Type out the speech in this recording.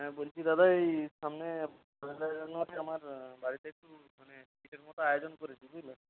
হ্যাঁ বলছি দাদা এই সামনে পয়লা জানুয়ারি আমার বাড়িতে একটু মানে ঈদের মতো আয়োজন করেছি বুঝলেন